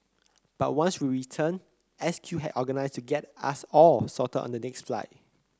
but once we returned S Q had organised to get us all sorted on the next flight